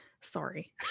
sorry